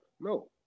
No